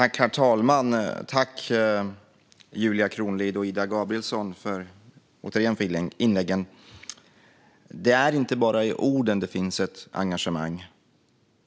Herr talman! Tack återigen, Julia Kronlid och Ida Gabrielsson, för inläggen! Det är inte bara i orden det finns ett engagemang.